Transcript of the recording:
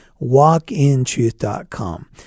walkintruth.com